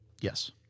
Yes